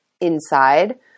inside